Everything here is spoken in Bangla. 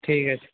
ঠিক আছে